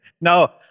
No